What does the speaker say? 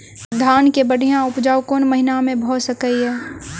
धान केँ बढ़िया उपजाउ कोण महीना मे भऽ सकैय?